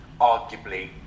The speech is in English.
arguably